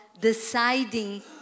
deciding